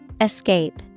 Escape